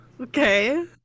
Okay